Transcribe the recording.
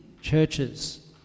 churches